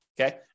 Okay